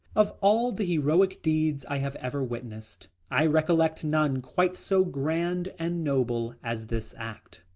of all the heroic deeds i have ever witnessed, i recollect none quite so grand and noble as this act,